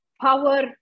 power